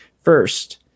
First